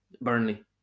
Burnley